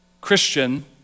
Christian